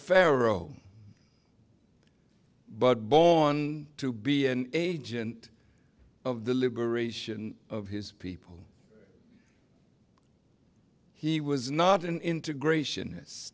pharaoh but born to be an agent of the liberation of his people he was not an integration